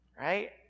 Right